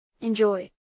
Enjoy